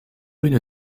une